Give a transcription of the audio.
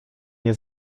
nie